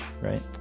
right